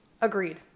Agreed